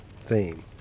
theme